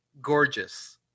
gorgeous